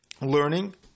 learning